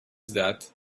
that